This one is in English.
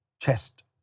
chest